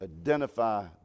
identify